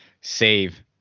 save